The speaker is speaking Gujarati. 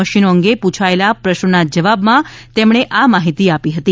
મશીનો અંગે પૂછાયેલા પ્રશ્નના ઉત્તરમાં તેમણે આ માહિતી આપી હતી